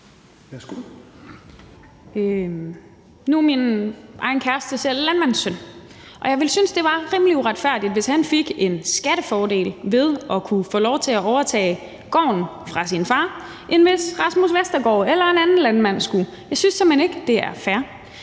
Nu er min egen kæreste selv landmandssøn, og jeg ville synes, det var rimelig uretfærdigt, hvis han fik en skattefordel ved at kunne få lov til at overtage gården fra sin far, end hvis Rasmus Vestergaard Madsen eller en anden landmand skulle. Jeg synes simpelt hen ikke, det er fair.